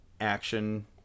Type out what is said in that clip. action